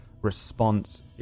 response